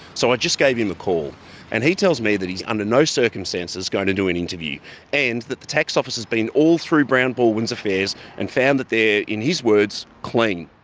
so i just gave him a call and he tells me that he's under no circumstances going to do an interview and that the tax office has been all through brown baldwin's affairs and found that they're, in his words, clean.